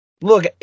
look